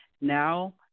Now